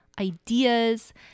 ideas